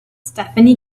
stephanie